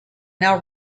now